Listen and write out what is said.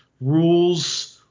rules